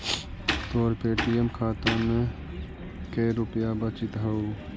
तोर पे.टी.एम खाता में के रुपाइया बचित हउ